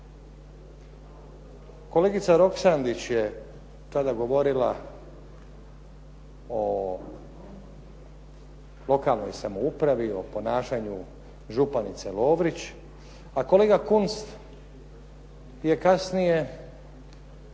Kolegica Roksandić je tada govorila o lokalnoj samoupravi o ponašanju županice Lovrić, a kolega Kunst je kasnije